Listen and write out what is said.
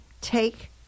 Take